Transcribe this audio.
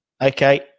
okay